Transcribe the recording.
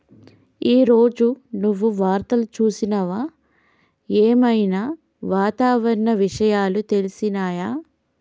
ఈ రోజు నువ్వు వార్తలు చూసినవా? ఏం ఐనా వాతావరణ విషయాలు తెలిసినయా?